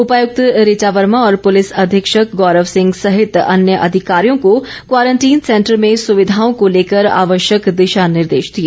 उपायुक्त ऋचा वर्मा और पुलिस अधीक्षक गौरव सिंह सहित अन्य अधिकारियों को क्वारंटीन सेंटर में सुविधाओं को लेकर आवश्यक दिशा निर्देश दिए